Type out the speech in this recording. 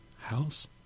house